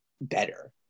better